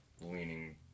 leaning